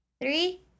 three